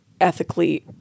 ethically